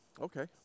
Okay